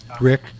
Rick